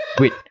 Wait